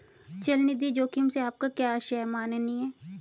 चल निधि जोखिम से आपका क्या आशय है, माननीय?